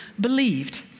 believed